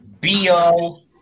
BO